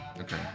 Okay